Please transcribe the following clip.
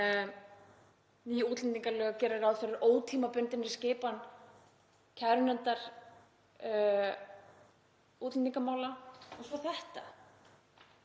ný útlendingalög gera ráð fyrir ótímabundinni skipan kærunefndar útlendingamála og svo þetta.